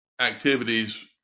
activities